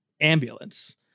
ambulance